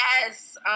Yes